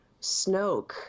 Snoke